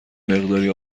مقداری